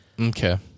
Okay